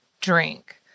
drink